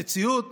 המציאות